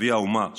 אבי האומה,